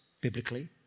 biblically